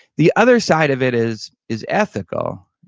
the other side of it is is ethical.